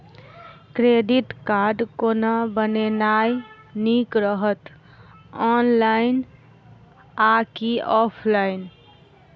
Credit card कोना बनेनाय नीक रहत? ऑनलाइन आ की ऑफलाइन?